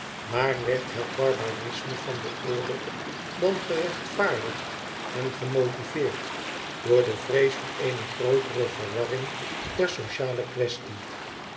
maar werd het barbarisme van den oorlog dan gerechtvaardigd en gemotiveerd door de vrees voor eene grootere verwarring der sociale quaestie